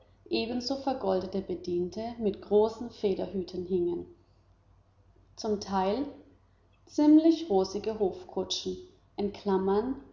ebenso vergoldete bediente mit großen federhüten hingen zum teil ziemlich rosige hofkutschen die